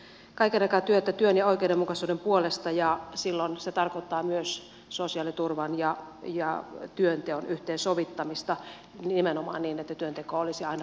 sdp on tehnyt kaiken aikaa työtä työn ja oikeudenmukaisuuden puolesta ja silloin se tarkoittaa myös sosiaaliturvan ja työnteon yhteensovittamista nimenomaan niin että työnteko olisi aina kannattavaa